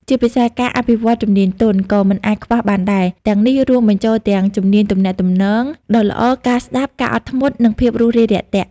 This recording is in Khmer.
ជាពិសេសការអភិវឌ្ឍន៍ជំនាញទន់ ក៏មិនអាចខ្វះបានដែរ ទាំងនេះរួមបញ្ចូលទាំង ជំនាញទំនាក់ទំនង ដ៏ល្អ ការស្តាប់ ការអត់ធ្មត់ និងភាពរួសរាយរាក់ទាក់។